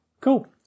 Cool